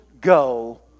go